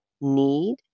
need